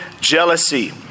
jealousy